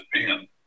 Japan